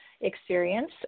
experience